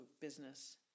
business